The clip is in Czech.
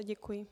Děkuji.